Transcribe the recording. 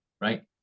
right